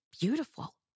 beautiful